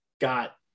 got